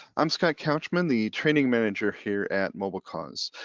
i'm scott couchman the training manager here at mobilecause.